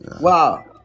Wow